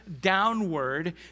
downward